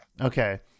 Okay